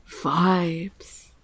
vibes